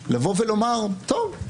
לומר: טוב,